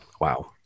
Wow